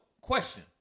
question